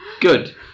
Good